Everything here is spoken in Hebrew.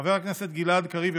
חבר הכנסת גלעד קריב,